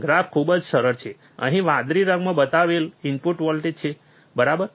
graph ખૂબ જ સરળ છે અહીં વાદળી રંગમાં બતાવેલ ઇનપુટ વોલ્ટેજ છે બરાબર